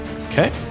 Okay